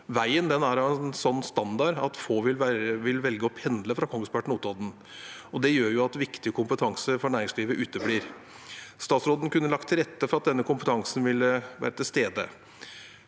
Veien er av en slik standard at få vil velge å pendle fra Kongsberg til Notodden. Det gjør at viktig kompetanse for næringslivet uteblir. Statsråden kunne ha lagt til rette for at denne kompetansen ville ha vært til stede.